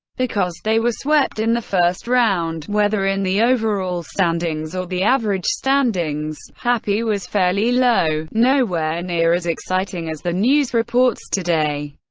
because they were swept in the first round, whether in the overall standings or the average standings, happy was fairly low, nowhere near as exciting as the news reports today.